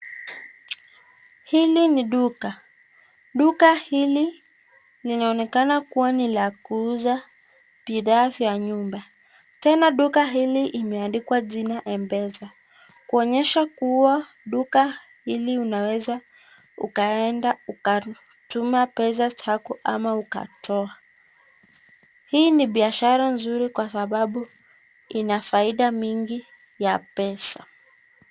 Hili ni duka. Duka hili linaonekana kuwa ni la kuuza bidhaa vya nyumba. Tena duka hili imeandikwa jina M-pesa, kuonyesha kuwa duka hili unaweza ukaenda ukatuma pesa zako ama ukatoa. Hii ni biashara nzuri kwa sababu ina faida mingi ya pesa.